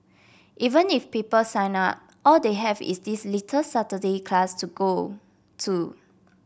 even if people sign up all they have is this little Saturday class to go to